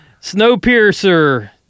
Snowpiercer